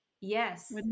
Yes